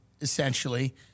essentially